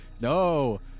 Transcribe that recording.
no